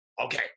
okay